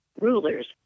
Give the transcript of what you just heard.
rulers